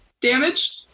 damaged